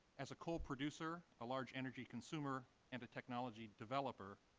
as a coal producer, a large energy consumer, and technology developer,